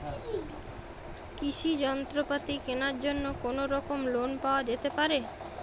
কৃষিযন্ত্রপাতি কেনার জন্য কোনোরকম লোন পাওয়া যেতে পারে?